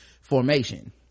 formation